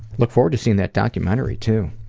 look forward to seeing that documentary too.